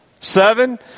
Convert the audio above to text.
Seven